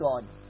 God